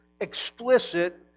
explicit